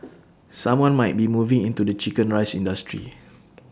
someone might be moving into the Chicken Rice industry